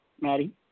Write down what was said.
Maddie